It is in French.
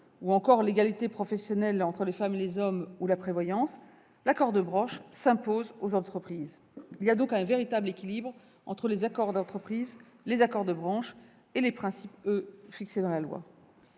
l'égalité professionnelle entre les femmes et les hommes ou la prévoyance, l'accord de branche s'impose aux entreprises. Il existe donc un véritable équilibre entre les accords d'entreprise, les accords de branche et les principes fixés dans la loi.